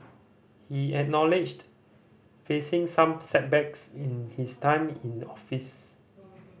he acknowledged facing some setbacks in his time in office